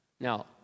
Now